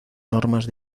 normas